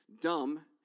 dumb